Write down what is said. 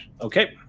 okay